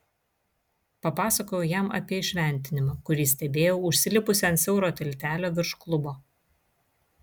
papasakojau jam apie įšventinimą kurį stebėjau užsilipusi ant siauro tiltelio virš klubo